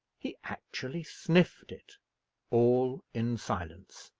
he actually sniffed it all in silence,